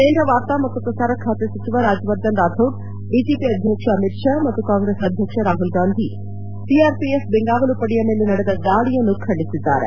ಕೇಂದ್ರ ವಾರ್ತಾ ಮತ್ತು ಪ್ರಸಾರ ಖಾತೆ ಸಚಿವ ರಾಜ್ವವರ್ಧನ್ ರಾಥೋಡ್ ಬಿಜೆಪಿ ಅಧ್ಯಕ್ಷ ಅಮಿತ್ ಶಾ ಮತ್ತು ಕಾಂಗ್ರೆಸ್ ಅಧ್ಯಕ್ಷ ರಾಹುಲ್ ಗಾಂಧಿ ಅವರು ಸಿಆರ್ಪಿಎಫ್ ಬೆಂಗಾವಲು ಪಡೆಯ ಮೇಲೆ ನಡೆದ ದಾಳಿಯನ್ನು ಖಂಡಿಸಿದ್ದಾರೆ